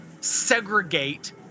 segregate